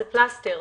זה פלסטר,